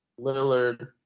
Lillard